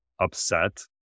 upset